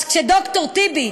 אז כשד"ר טיבי,